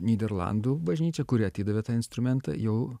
nyderlandų bažnyčia kuri atidavė tą instrumentą jau